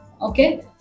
okay